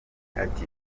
ati